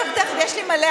תכף, תכף, יש לי מלא.